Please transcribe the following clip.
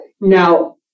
now